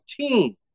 team